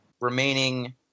remaining